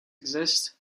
exist